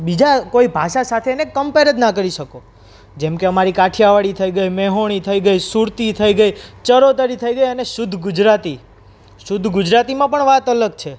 બીજા કોઈ ભાષા સાથે એને કંપેર જ ના કરી શકો જેમકે અમારી કઠિયાવાડી થઈ ગઈ મેહોણી થઈ ગઈ સુરતી થઈ ગઈ ચરોતરી થઈ ગઈ અને શુદ્ધ ગુજરાતી શુદ્ધ ગુજરાતીમાં પણ વાત અલગ છે